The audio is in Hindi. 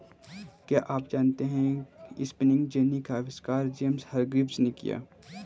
क्या आप जानते है स्पिनिंग जेनी का आविष्कार जेम्स हरग्रीव्ज ने किया?